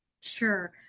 Sure